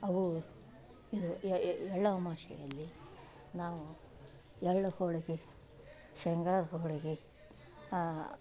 ಅವು ಎ ಎ ಎಳ್ಳು ಅಮಾವಾಸ್ಯೆಯಲ್ಲಿ ನಾವು ಎಳ್ಳು ಹೋಳಿಗೆ ಶೇಂಗ ಹೋಳಿಗೆ